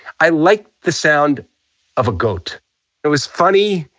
i liked the sound of a goat it was funny.